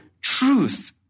truth